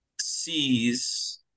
sees